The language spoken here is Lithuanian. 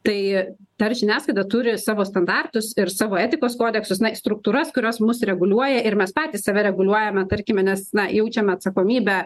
tai ta ir žiniasklaida turi savo standartus ir savo etikos kodeksus nai struktūras kurios mus reguliuoja ir mes patys save reguliuojame tarkime nes na jaučiame atsakomybę